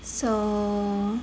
so